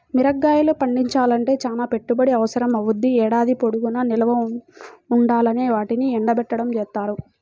మిరగాయలు పండించాలంటే చానా పెట్టుబడి అవసరమవ్వుద్ది, ఏడాది పొడుగునా నిల్వ ఉండాలంటే వాటిని ఎండబెట్టడం జేత్తారు